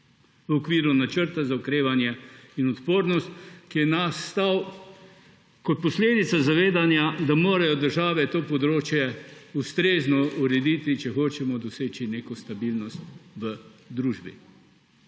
v okviru Načrta za okrevanje in odpornost, ki je nastal kot posledica zavedanja, da morajo države to področje ustrezno urediti, če hočemo doseči neko stabilnost v družbi.